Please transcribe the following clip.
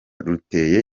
ruteye